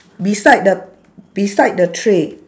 beside the beside the tray